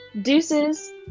Deuces